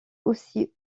aussi